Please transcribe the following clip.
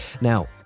now